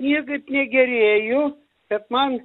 niekaip negerėju bet man